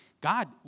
God